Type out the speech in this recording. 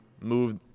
move